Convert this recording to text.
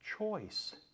choice